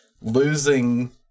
losing